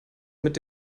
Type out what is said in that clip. mit